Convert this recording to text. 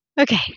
Okay